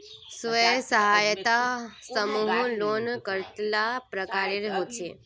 स्वयं सहायता समूह लोन कतेला प्रकारेर होचे?